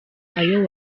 ayo